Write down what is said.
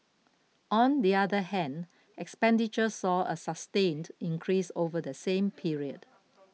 on the other hand expenditure saw a sustained increase over the same period